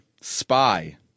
Spy